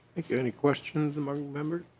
yeah any questions among members?